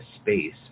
space